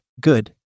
Good